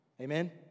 Amen